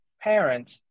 parents